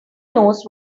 knows